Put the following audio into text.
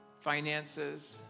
finances